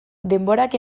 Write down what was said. denborak